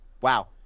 Wow